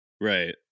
Right